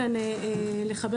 אולי ראוי יהיה להרחיב אותו,